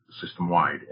system-wide